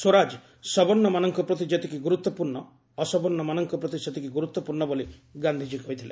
ସ୍ୱରାଜ ସବର୍ଣ୍ଣମାନଙ୍କ ପ୍ରତି ଯେତିକି ଗୁରୁତ୍ୱପୂର୍ଣ୍ଣ ଅସବର୍ଣ୍ଣମାନଙ୍କ ପ୍ରତି ସେତିକି ଗୁରୁତ୍ୱପୂର୍ଣ୍ଣ ବୋଲି ଗାନ୍ଧିଜୀ କହିଥିଲେ